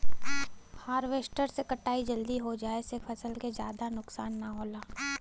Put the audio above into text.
harvester से कटाई जल्दी हो जाये से फसल के जादा नुकसान न होला